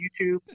YouTube